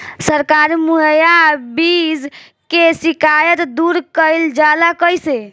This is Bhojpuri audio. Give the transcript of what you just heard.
सरकारी मुहैया बीज के शिकायत दूर कईल जाला कईसे?